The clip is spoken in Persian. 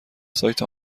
سایت